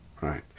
Right